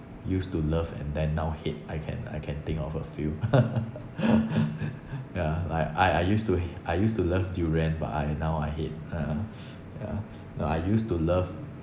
used to love and then now hate I can I can think of a few yeah like I I used to h~ I used to love durian but I now I hate uh yeah no I used to love